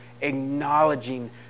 acknowledging